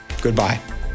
goodbye